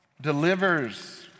delivers